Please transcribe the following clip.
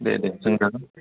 दे दे सोंजागोन